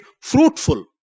fruitful